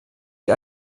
die